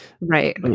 Right